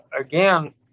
again